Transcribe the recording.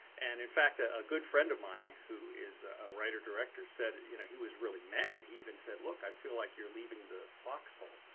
and, in fact, ah a good friend of mine who is a writer-director said you know he was really mad. he even said, look, i feel like you're leaving the fox hole.